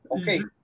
Okay